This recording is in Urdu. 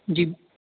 جی